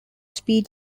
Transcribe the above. speed